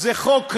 זה חוק רע,